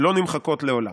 לא נמחקות לעולם.